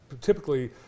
typically